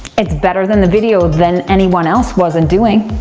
it's better than the video of then anyone else wasn't doing.